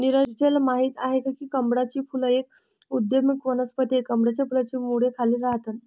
नीरजल माहित आहे की कमळाचे फूल एक उदयोन्मुख वनस्पती आहे, कमळाच्या फुलाची मुळे खाली राहतात